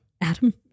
Adam